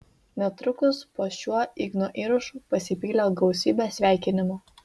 netrukus po šiuo igno įrašu pasipylė gausybė sveikinimų